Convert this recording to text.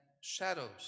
shadows